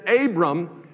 Abram